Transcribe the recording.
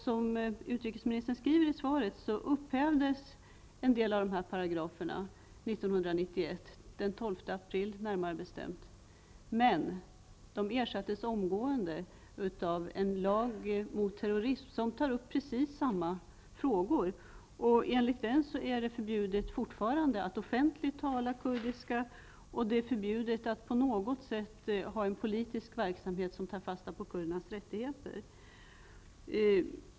Som utrikesministern skriver i svaret upphävdes en del av paragraferna den 12 april 1991. Men paragraferna ersattes omedelbart med en terroristlag, där precis samma frågor tas upp. Enligt denna lag är det fortfarande förbjudet att offentligt tala kurdiska. Det är också förbjudet att på något sätt ha en politisk verksamhet som tar sikte på kurdernas rättigheter.